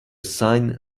sign